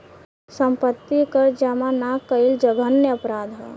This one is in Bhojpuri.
सम्पत्ति के कर जामा ना कईल जघन्य अपराध ह